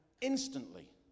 instantly